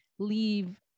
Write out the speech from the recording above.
leave